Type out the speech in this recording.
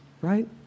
right